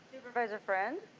supervisor friend.